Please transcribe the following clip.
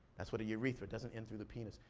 that's when a urethra doesn't end through the penis.